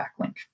backlink